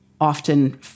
often